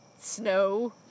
snow